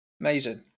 amazing